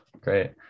Great